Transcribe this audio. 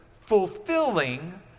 fulfilling